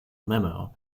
memo